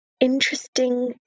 interesting